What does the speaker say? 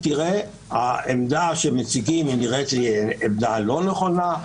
העמדה שמציגים נראית לי עמדה לא נכונה,